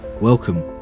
Welcome